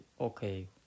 okay